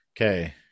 Okay